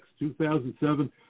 2007